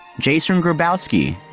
jason grabowski,